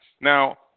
Now